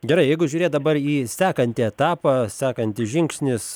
gerai jeigu žiūrėt dabar į sekantį etapą sekantis žingsnis